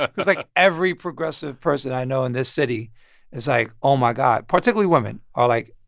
because, like, every progressive person i know in this city is like, oh, my god particularly women are like,